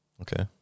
Okay